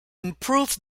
improve